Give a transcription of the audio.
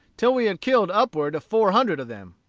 till we had killed upwards of four hundred of them.